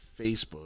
Facebook